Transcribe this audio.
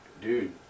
dude